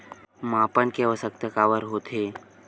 मापन के आवश्कता काबर होथे?